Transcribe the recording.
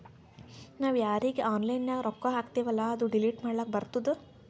ನಾವ್ ಯಾರೀಗಿ ಆನ್ಲೈನ್ನಾಗ್ ರೊಕ್ಕಾ ಹಾಕ್ತಿವೆಲ್ಲಾ ಅದು ಡಿಲೀಟ್ ಮಾಡ್ಲಕ್ ಬರ್ತುದ್